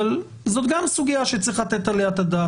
אבל זו גם סוגיה שצריך לתת עליה את הדעת.